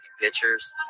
pictures